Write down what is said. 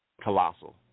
colossal